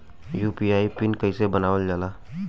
UPI PIN कइसे बनावल जाला?